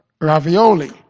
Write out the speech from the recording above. ravioli